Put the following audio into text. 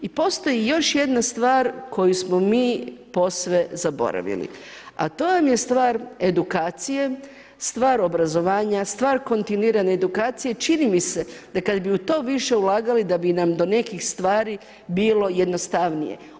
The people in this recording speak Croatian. I postoji još jedna stvar koju smo mi posve zaboravili, a to vam je stvar edukacije, stvar obrazovanja, stvar kontinuirane edukacije čini mi se da kada bi u to više ulagali da bi nam do nekih stvari bilo jednostavnije.